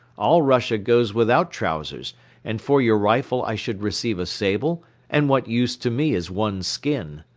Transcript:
all russia goes without trousers and for your rifle i should receive a sable and what use to me is one skin?